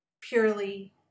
purely